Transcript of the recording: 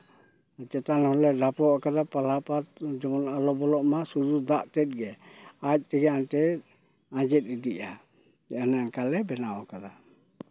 ᱪᱮᱛᱟᱱ ᱦᱚᱸᱞᱮ ᱰᱷᱟᱯᱚᱜ ᱠᱟᱫᱟ ᱯᱟᱞᱦᱟᱼᱯᱟᱛ ᱡᱮᱢᱚᱱ ᱟᱞᱚ ᱵᱚᱞᱚᱜ ᱟ ᱥᱩᱫᱩ ᱫᱟᱜ ᱛᱮᱫ ᱜᱮ ᱟᱡ ᱛᱮᱜᱮ ᱦᱟᱱᱛᱮ ᱟᱸᱡᱮᱫ ᱤᱫᱤᱜᱼᱟ ᱮᱱᱮ ᱮᱝᱠᱟᱞᱮ ᱵᱮᱱᱟᱣ ᱠᱟᱫᱟ